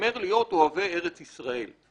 מתיימר להיות מאוהבי ארץ ישראל.